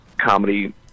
comedy